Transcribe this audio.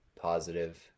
positive